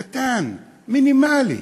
קטן, מינימלי.